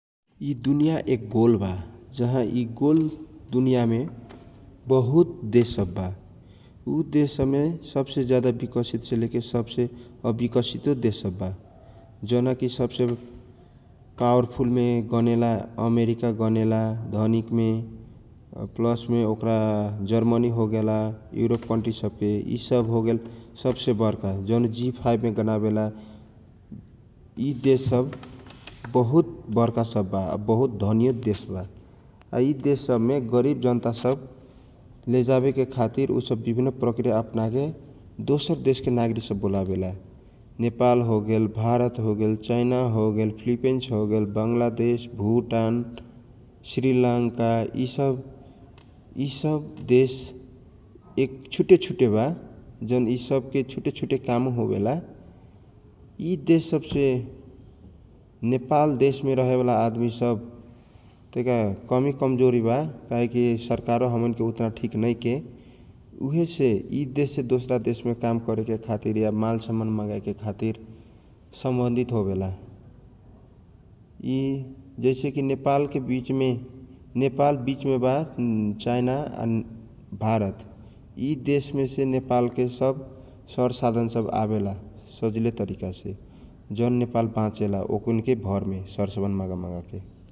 यि दुनिया एक गोल वा । जहाँ थि गोल दुनिया मे बहुत देश सब वा । ऊ देश सबमे सब से ज्यादा विकसित सबसे अविकसितो सब वा । जौना कि सबसे पावर फूलमे गनेला अमेरिका गनेला धनिकने प्लसमे जर्मनी होगेल, यूरोप कन्ट्री सपके । यि सब होगेल सबसे बर्का जौन जि फाइभ मे गन्नाविला । यि देश सब बहुत वर्का सब वा आ बहुत धनियो देश बा यि देश सब मे गरीब जनता लेजाबेके खातिर ऊ सब विभिन्न प्रकृया अपना के दोसर देशक नागरिक सब बोलावेला नेपाल होगेल, भारत होगेल, चाइना होगेल, फिलिपन्स होगेल, कालादेश होगेल, भुटान, श्रीलंका यि सब देश एक छुटे छुटे बा जौन यि सबके छुटे न कामो हेखेला । यि देश से नेपाल देशमे रहेवाला आदमी सब तैका कमी कमजोरी कहिकी सरकारो ओतना ठीक नखै उहे से यि देशसे दूसरा देश ने काम करेके खातिर भाल समान मगर खातिर सम्बन्धित होखेला । यि जैसे कि नेपालके वीचने नेपाल वीचने वा नेपाल बीचमा चाइना या इन्डिया भारत यी देश से सरसमान सब अविला सजिल तरीकासे जौन नेपाल वाचेला ओकिनी भरमे सामान मगावला ।